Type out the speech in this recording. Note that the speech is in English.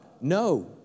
No